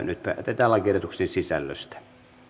nyt päätetään lakiehdotusten sisällöstä